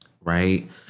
right